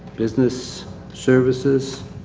business services,